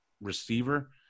receiver